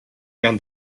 down